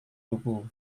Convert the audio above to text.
buku